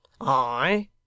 I